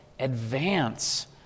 Advance